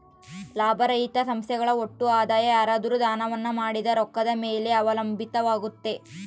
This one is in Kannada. ಲಾಭರಹಿತ ಸಂಸ್ಥೆಗಳ ಒಟ್ಟು ಆದಾಯ ಯಾರಾದ್ರು ದಾನವನ್ನ ಮಾಡಿದ ರೊಕ್ಕದ ಮೇಲೆ ಅವಲಂಬಿತವಾಗುತ್ತೆ